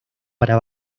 para